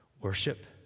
Worship